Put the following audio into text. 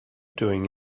doing